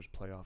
playoff